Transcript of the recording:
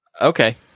Okay